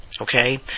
okay